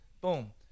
Boom